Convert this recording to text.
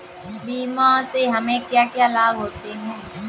बीमा से हमे क्या क्या लाभ होते हैं?